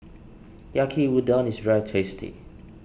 Yaki Udon is very tasty